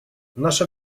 наша